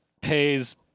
pays